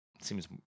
seems